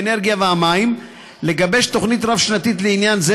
האנרגיה והמים לגבש תוכנית רב-שנתית לעניין זה,